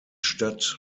stadt